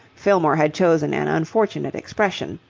fillmore had chosen an unfortunate expression.